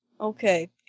Okay